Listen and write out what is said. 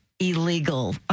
illegal